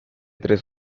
tres